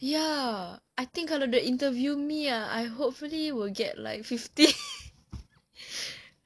ya I think kalau they interview me ah I hopefully will get like fifty